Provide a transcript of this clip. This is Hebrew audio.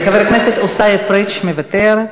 חבר הכנסת עיסאווי פריג' מוותר,